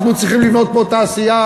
אנחנו צריכים לבנות פה תעשייה: